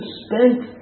spent